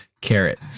Carrot